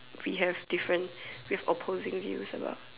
we have different we have opposing views a lot